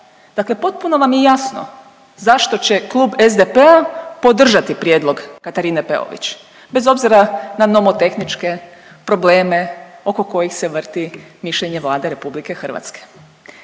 Dakle, potpuno vam je jasno zašto će klub SDP-a podržati prijedlog Katarine Peović bez obzira na nomotehničke probleme oko kojih se vrti mišljenje Vlade Republike Hrvatske.